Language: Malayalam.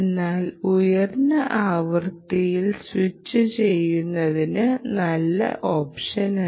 എന്നാൽ ഉയർന്ന ആവൃത്തിയിൽ സ്വിച്ചുചെയ്യുന്നത് നല്ല ഓപ്ഷനല്ല